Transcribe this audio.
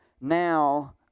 Now